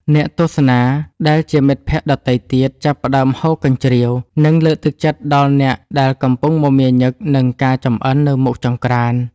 អ្នកទស្សនាដែលជាមិត្តភក្តិដទៃទៀត ចាប់ផ្ដើមហ៊ោកញ្ជ្រៀវ និងលើកទឹកចិត្តដល់អ្នកដែលកំពុងមមាញឹកនឹងការចម្អិននៅមុខចង្ក្រាន។